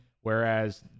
whereas